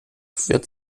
wird